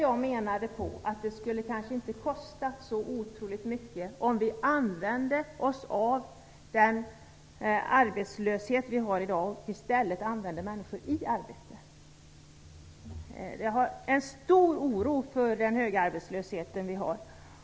Jag menade att det inte skulle kosta så oerhört mycket om vi utnyttjade den arbetslöshet som vi i dag har till att sätta människor i arbete. Jag har en stor oro för den höga arbetslöshet som vi har.